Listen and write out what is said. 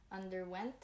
underwent